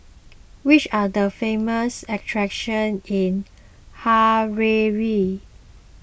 which are the famous attractions in Harare